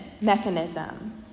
mechanism